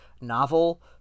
novel